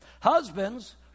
Husbands